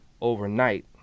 Overnight